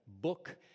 book